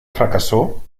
fracasó